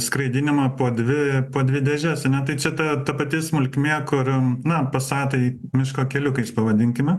skraidinimą po dvi po dvi dėžes ane tai čia ta ta pati smulkmė kur na pasatai miško keliukais pavadinkime